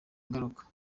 ingaruka